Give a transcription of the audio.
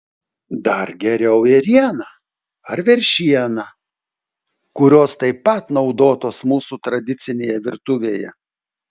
dar geriau ėriena ar veršiena kurios taip pat naudotos mūsų tradicinėje virtuvėje